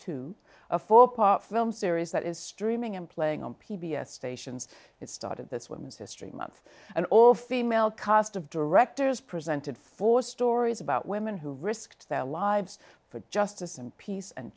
to a four part film series that is streaming and playing on p b s stations it started this women's history month and all female cast of directors presented for stories about women who risked their lives for justice and peace and